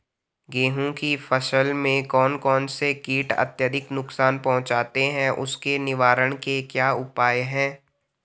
गेहूँ की फसल में कौन कौन से कीट अत्यधिक नुकसान पहुंचाते हैं उसके निवारण के क्या उपाय हैं?